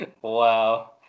Wow